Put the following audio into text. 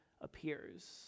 appears